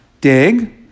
dig